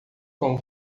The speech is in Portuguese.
com